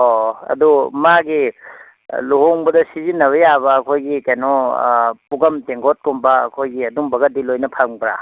ꯑꯣ ꯑꯗꯨ ꯃꯥꯒꯤ ꯑꯥ ꯂꯨꯍꯣꯡꯕꯗ ꯁꯤꯖꯤꯟꯅꯕ ꯌꯥꯕ ꯑꯩꯈꯣꯏꯒꯤ ꯀꯩꯅꯣ ꯄꯨꯈꯝ ꯇꯦꯡꯀꯣꯠ ꯀꯨꯝꯕ ꯑꯩꯈꯣꯏꯒꯤ ꯑꯗꯨꯝꯕꯒꯗꯤ ꯂꯣꯏꯅ ꯐꯪꯕ꯭ꯔꯥ